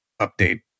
update